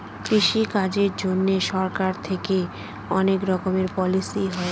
কৃষি কাজের জন্যে সরকার থেকে অনেক রকমের পলিসি হয়